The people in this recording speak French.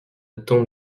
tombe